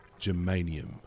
germanium